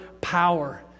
power